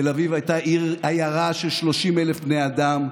תל אביב הייתה עיירה של 30,000 בני אדם,